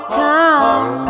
come